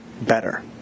better